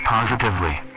Positively